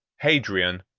hadrian,